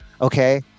okay